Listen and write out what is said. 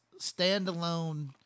standalone